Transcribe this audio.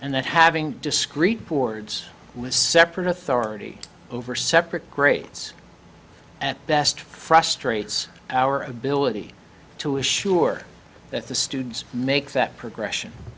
and that having discrete boards with separate authority over separate grades at best frustrates our ability to assure that the students make that progression